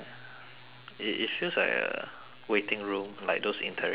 it it feels like a waiting room like those interrogation room